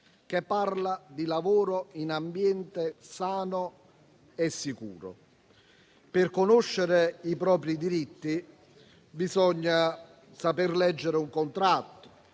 che parla di lavoro in ambiente sano e sicuro. Per conoscere i propri diritti bisogna saper leggere un contratto: